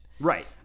Right